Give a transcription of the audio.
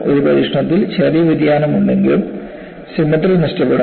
ഒരു പരീക്ഷണത്തിൽ ചെറിയ വ്യതിയാനം ഉണ്ടെങ്കിലും സിമട്രി നഷ്ടപ്പെടും